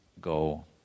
go